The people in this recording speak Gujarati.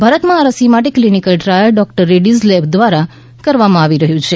ભારતમાં આ રસી માટે ક્લિનિકલ ટ્રાયલ ડોક્ટર રેક્રીઝ લેબ દ્વારા કરવામાં આવી રહ્યું છે